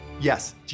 yes